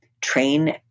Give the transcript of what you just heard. train